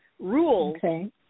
rules